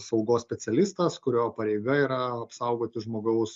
saugos specialistas kurio pareiga yra apsaugoti žmogaus